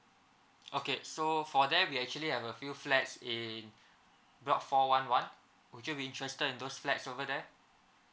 okay so for that we actually have a few flats in block four one one would you be interested in those flats over there